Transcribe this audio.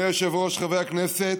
אדוני היושב-ראש, חברי הכנסת,